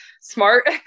smart